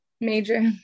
Major